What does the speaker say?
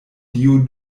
dio